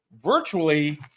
virtually